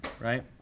right